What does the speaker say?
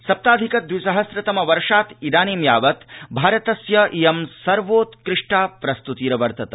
सप्ताधिक द्विसहस्रतम वर्षात् इदानी यावत् भारतस्य इय सर्वोत्कृष्टा प्रस्तुतिरवर्तत